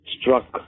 struck